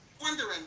wondering